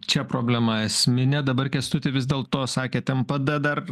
čia problema esminė dabar kęstuti vis dėl to sakėt npd dar